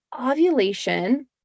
ovulation